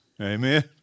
Amen